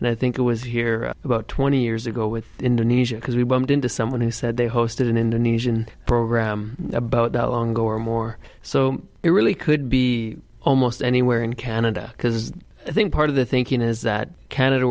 and i think it was here about twenty years ago with indonesia because we bumped into someone who said they hosted an indonesian program about the longer more so it really could be almost anywhere in canada because i think part of the thinking is that canada